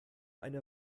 eine